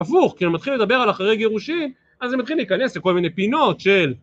‫הפוך, כי הם מתחילים לדבר ‫על אחרי גירושים, ‫אז הם מתחילים להיכנס ‫לכל מיני פינות של...